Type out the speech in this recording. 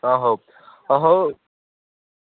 ହଁ ହଉ ହଉ